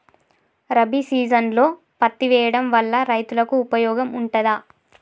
రబీ సీజన్లో పత్తి వేయడం వల్ల రైతులకు ఉపయోగం ఉంటదా?